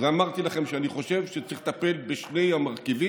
אז אמרתי לכם שאני חושב שצריך לטפל בשני המרכיבים,